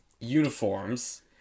uniforms